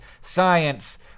science